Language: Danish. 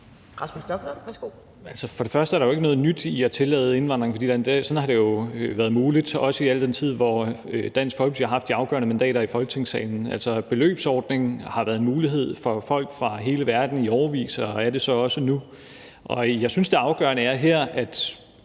(S): Altså, der er jo ikke noget nyt i at tillade indvandring, for det har jo været muligt også i al den tid, hvor Dansk Folkeparti har haft de afgørende mandater i Folketingssalen. Beløbsordningen har været en mulighed for folk fra hele verden i årevis og er det så også nu. Jeg synes, at det afgørende her er, at